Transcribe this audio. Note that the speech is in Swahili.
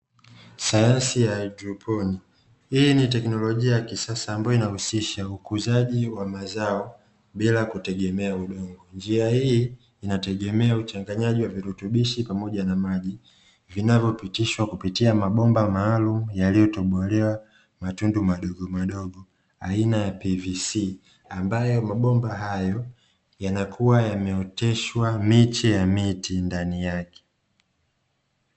Sayansi ya hydroponi, hii ni teknolojia ya kisasa ambayo inahusisha ukuzaji wa mazao bila kutegemea udongo. Njia hii inategemea uchanganyaji wa virutubishi pamoja na maji vinavyopitishwa kupitia mabomba maalumu yaliyotubolewa matundu madogo madogo aina ya "pvc" ambayo mabomba hayo yanakuwa yameoteshwa miche ya miti ndani yake.